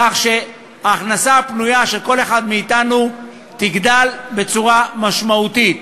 כך שההכנסה הפנויה של כל אחד מאתנו תגדל בצורה משמעותית.